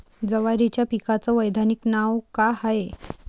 जवारीच्या पिकाचं वैधानिक नाव का हाये?